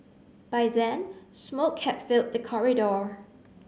by then smoke had filled the corridor